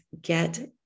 get